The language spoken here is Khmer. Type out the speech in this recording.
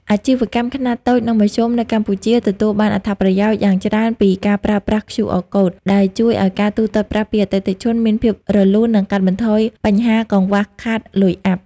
អាជីវកម្មខ្នាតតូច និងមធ្យមនៅកម្ពុជាទទួលបានអត្ថប្រយោជន៍យ៉ាងច្រើនពីការប្រើប្រាស់ (QR Code) ដែលជួយឱ្យការទូទាត់ប្រាក់ពីអតិថិជនមានភាពរលូន និងកាត់បន្ថយបញ្ហាកង្វះខាតលុយអាប់។